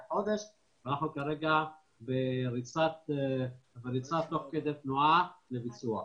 הייתה לפני כחודש ואנחנו כרגע בריצה תוך כדי תנועה לביצוע.